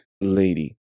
lady